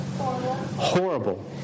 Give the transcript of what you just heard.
Horrible